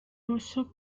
uso